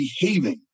behaving